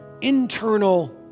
internal